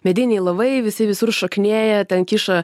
mediniai laivai visi visur šokinėja ten kiša